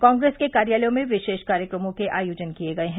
कॉग्रेस के कार्यालयों में विशेष कार्यक्रमों के आयोजन किए गये हैं